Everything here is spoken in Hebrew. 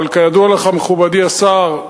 אבל כידוע לך, מכובדי השר,